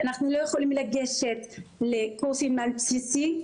אנחנו לא יכולים לגשת לקורסים על בסיסי,